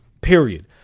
Period